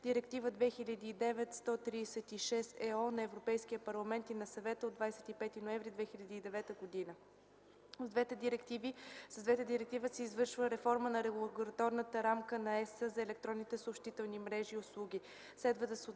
Директива 2009/136/ЕО на Европейския парламент и на Съвета от 25 ноември 2009 г. С двете директиви се извършва реформа на Регулаторната рамка на ЕС за електронни съобщителни мрежи и услуги. Следва да се отбележи,